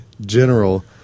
general